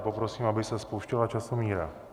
Poprosím, aby se spouštěla časomíra.